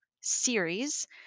series